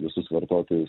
visus vartotojus